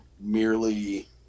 merely